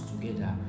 together